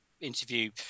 interview